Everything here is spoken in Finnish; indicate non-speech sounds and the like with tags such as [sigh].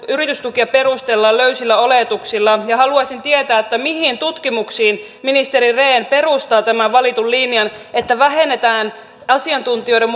yritystukia perustellaan löysillä oletuksilla haluaisin tietää mihin tutkimuksiin ministeri rehn perustaa tämän valitun linjan että vähennetään asiantuntijoiden [unintelligible]